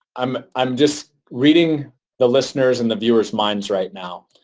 um i'm just reading the listeners' and the viewers' minds right now.